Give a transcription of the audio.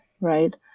right